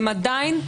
הם עדיין,